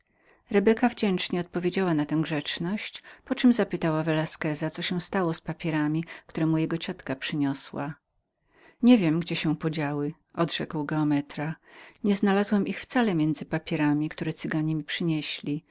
rebeka wdzięcznie odpowiedziała na tę grzeczność poczem zapytała velasqueza co się stało z papierami które mu jego ciotka była przyniosła niewiem gdzie się podziały odrzekł geometra nie znalazłem ich wcale pomiędzy papierami jakie cyganie mi przynieśli